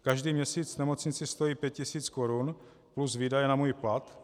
Každý měsíc nemocnici stojí pět tisíc korun plus výdaje na můj plat.